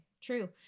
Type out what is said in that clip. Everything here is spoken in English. True